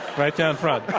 right down front.